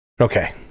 Okay